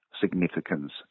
significance